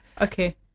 okay